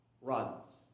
runs